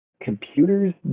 computers